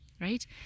right